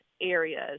areas